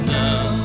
now